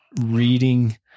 reading